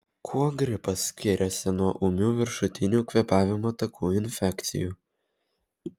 kuo gripas skiriasi nuo ūmių viršutinių kvėpavimo takų infekcijų